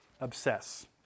obsess